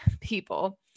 people